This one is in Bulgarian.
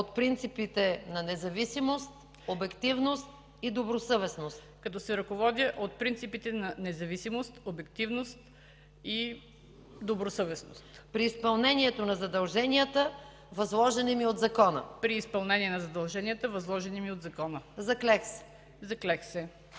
като се ръководя от принципите на независимост, обективност и добросъвестност при изпълнението на задълженията, възложени ми от закона. Заклех се!”